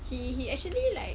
he he actually like